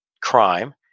crime